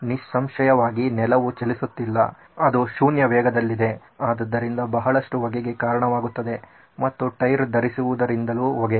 ನಿಸ್ಸಂಶಯವಾಗಿ ನೆಲವು ಚಲಿಸುತ್ತಿಲ್ಲ ಅದು 0 ವೇಗದಲ್ಲಿದೆ ಆದ್ದರಿಂದ ಅದು ಸಾಕಷ್ಟು ಘರ್ಷಣೆಗೆ ಕಾರಣವಾಗುತ್ತದೆ ಮತ್ತು ಆದ್ದರಿಂದ ಬಹಳಷ್ಟು ಹೊಗೆಗೆ ಕಾರಣವಾಗುತ್ತದೆ ಮತ್ತು ಟೈರ್ ಧರಿಸಿರಿವುದರಿಂದಲೂ ಹೊಗೆ